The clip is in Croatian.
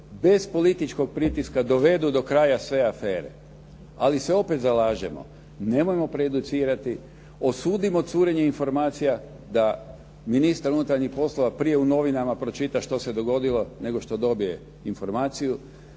bez političkog pritiska dovedu do kraja sve afere. Ali se opet zalažemo, nemojmo prejudicirati, osudimo curenje informacija, da ministar unutarnjih poslova prije u novinama pročita što se dogodilo nego što dobije informaciju.